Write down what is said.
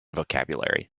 vocabulary